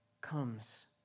comes